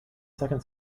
second